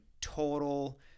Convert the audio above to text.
total